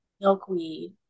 milkweed